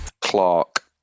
Clark